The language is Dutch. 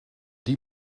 die